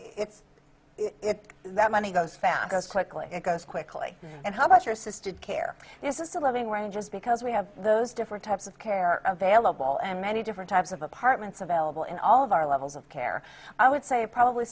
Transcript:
s it's that money goes fast goes quickly it goes quickly and how about your sister care this is a living where you just because we have those different types of care available and many different types of apartments available in all of our levels of care i would say probably